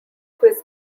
quiz